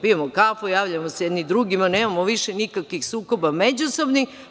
Pijemo kafu, javljamo se jedni drugima, nemamo više nikakvih sukoba međusobnih.